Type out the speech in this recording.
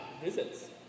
visits